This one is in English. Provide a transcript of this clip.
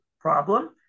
problem